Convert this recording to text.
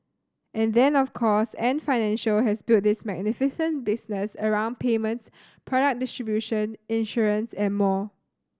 and then of course Ant Financial has built this magnificent business around payments product distribution insurance and more